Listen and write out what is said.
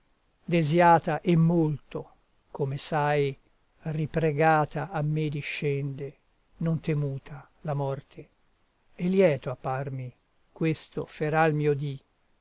desiata e molto come sai ripregata a me discende non temuta la morte e lieto apparmi questo feral mio dì